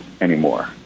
anymore